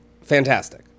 fantastic